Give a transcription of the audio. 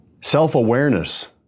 Self-awareness